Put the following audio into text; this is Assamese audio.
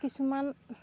কিছুমান